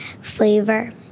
flavor